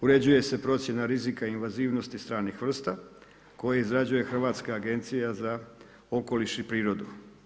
Uređuje se procjena rizika invazivnosti stranih vrsta koje izrađuje Hrvatska agencija za okoliš i prirodu.